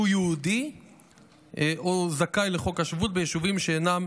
שהוא יהודי או זכאי חוק השבות ביישובים שאינם